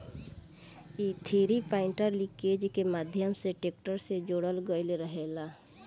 इ three point linkage के माध्यम से ट्रेक्टर से जोड़ल गईल रहेला